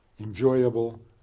enjoyable